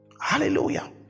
Hallelujah